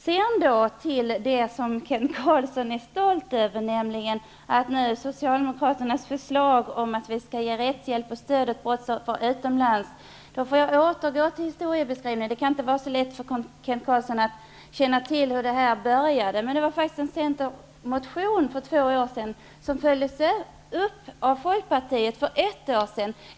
Kent Carlsson är stolt över Socialdemokraternas förslag att vi skall ge rättshjälp och stöd åt brottsoffer utomlands. Då får jag återgå till historieskrivningen. Det kan inte vara så lätt för Kent Carlsson att känna till hur detta började, men det var faktiskt med en centermotion för två år sedan, som följdes upp av Folkpartiet för ett år sedan.